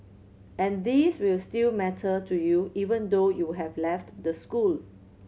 and these will still matter to you even though you have left the school